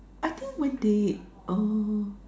I think when they